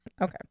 okay